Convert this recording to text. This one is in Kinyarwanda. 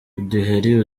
uduheri